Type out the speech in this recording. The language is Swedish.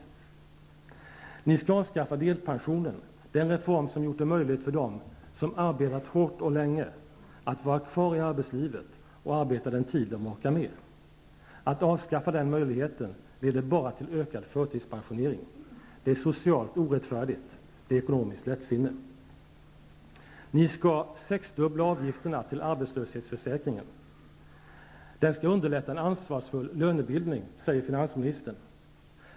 Ni skall avskaffa delpensionen, den reform som gjort det möjligt för dem som arbetat hårt och länge att vara kvar i arbetslivet och arbeta den tid de orkar med. Att avskaffa den möjligheten leder bara till ökad förtidspensionering. Det är socialt orättfärdigt. Det är ekonomiskt lättsinne. Ni skall sexdubbla avgifterna till arbetslöshetsförsäkringen. Den skall underlätta en ansvarsfull lönebildning, säger finansministern.